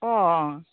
অঁ